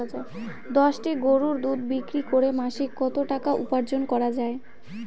দশটি গরুর দুধ বিক্রি করে মাসিক কত টাকা উপার্জন করা য়ায়?